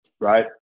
right